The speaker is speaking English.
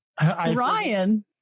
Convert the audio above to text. Ryan